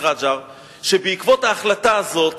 שבעקבות ההחלטה הזאת